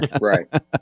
Right